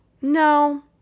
No